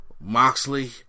Moxley